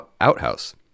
outhouse